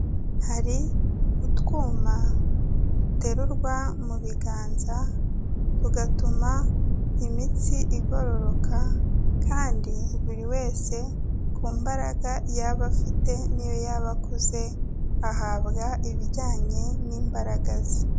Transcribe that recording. Hari utwuma duterurwa mu biganza kugatuma imitsi igororoka kandi buri wese ku mbaraga yaba afite niyo yaba akuze ahabwa ibijyanye n'imbaraga ze.